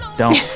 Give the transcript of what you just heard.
don't